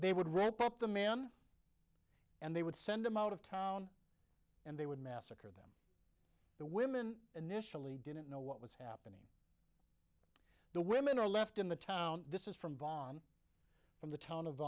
they would ramp up the man and they would send him out of town and they would massacre them the women initially didn't know what was happening the women are left in the town this is from vaughn from the to